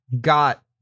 got